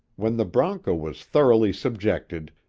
when the bronco was thoroughly subjected,